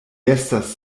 estas